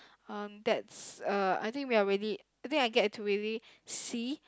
uh that's uh I think we are really I think I get to really see